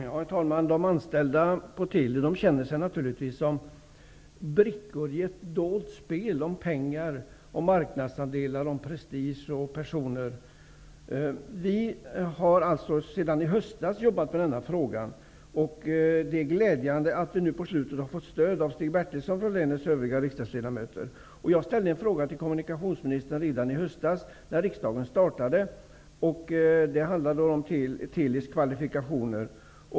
Herr talman! De anställda på Teli känner sig naturligtvis som brickor i ett dolt spel om pengar, marknadsandelar, prestige och personer. Sedan i höstas jobbar vi med denna fråga. Det är glädjande att vi nu till slut har fått stöd av Stig Redan i höstas när riksdagens arbete startade ställde jag en fråga till kommunikationsministern. Frågan handlade om Teli:s kvalifikationer.